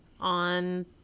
on